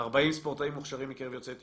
40 ספורטאים מוכשרים מקרב יוצאי אתיופיה,